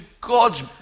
God's